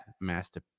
master